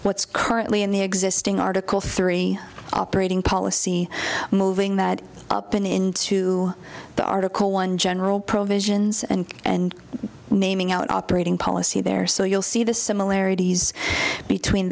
what's currently in the existing article three operating policy moving that up into the article one general provisions and and naming out operating policy there so you'll see the similarities between